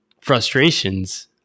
frustrations